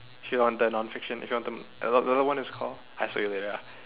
if you want the non fiction if you want to an~ another one is called I show you later ah